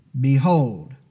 Behold